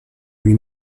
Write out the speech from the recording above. lui